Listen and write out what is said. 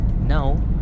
Now